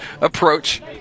approach